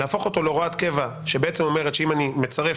להפוך אותו להוראת קבע שאומרת שאם אני מצרף